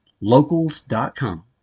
Locals.com